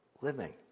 living